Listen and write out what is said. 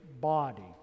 body